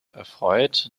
erfreut